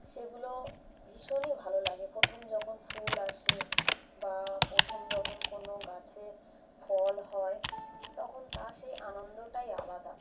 সেগুলো ভীষণই ভালো লাগে পোথম যখন ফুল আসে বা প্রথম যখন কোনো গাছে ফল হয় তখন তার সেই আনন্দটাই আলাদা